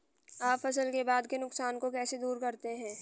आप फसल के बाद के नुकसान को कैसे दूर करते हैं?